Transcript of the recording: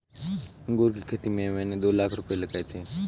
अंगूर की खेती में मैंने दो लाख रुपए लगाए थे